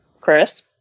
Chris